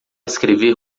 escrever